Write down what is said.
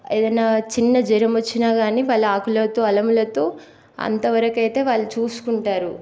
ఏదైనా చిన్న జ్వరం వచ్చినా కానీ వాళ్ళు ఆకులతో అలములతో అంతవరకు అయితే వాళ్ళు చూసుకుంటారు